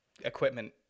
equipment